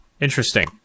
Interesting